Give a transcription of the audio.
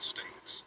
States